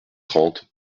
trente